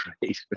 great